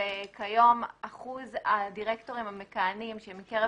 וכיום אחוז הדירקטורים המכהנים שהם מקרב